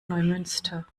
neumünster